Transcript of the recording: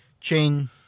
chain